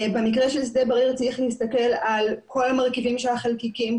במקרה של שדה בריר צריך להסתכל על כל המרכיבים של החלקיקים,